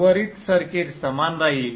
उर्वरित सर्किट समान राहील